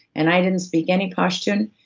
and i didn't speak any pashtun,